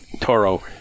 Toro